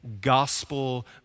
gospel